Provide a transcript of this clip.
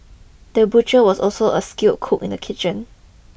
the butcher was also a skilled cook in the kitchen